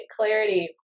clarity